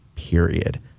period